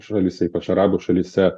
šalyse ypač arabų šalyse